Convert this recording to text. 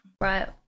right